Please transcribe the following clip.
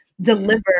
deliver